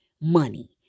money